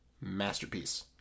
Masterpiece